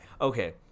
Okay